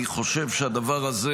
אני חושב שהדבר הזה